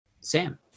sam